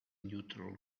neutral